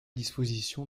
disposition